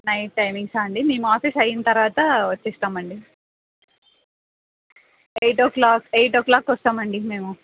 night టైమింగ్సా అండి మేము ఆఫీస్ అయిన తర్వాత వచ్చిస్తామండి ఎయిట్ ఓ క్లాక్ ఎయిట్ క్లాక్కి వస్తామండి మేము